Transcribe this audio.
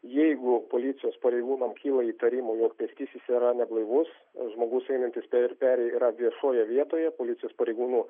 jeigu policijos pareigūnam kyla įtarimų jog pėstysis yra neblaivus žmogus einantis per perėją yra viešoje vietoje policijos pareigūnų